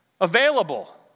available